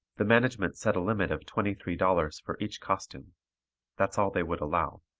the management set a limit of twenty three dollars for each costume that's all they would allow.